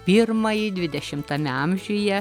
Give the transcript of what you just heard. pirmąjį dvidešimtame amžiuje